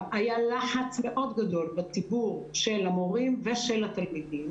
היה לחץ מאוד גידול בציבור המורים והתלמידים